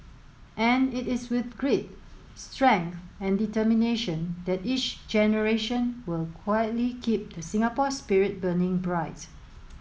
and it is with grit strength and determination that each generation will quietly keep the Singapore spirit burning bright